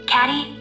Caddy